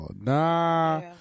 Nah